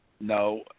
No